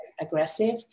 aggressive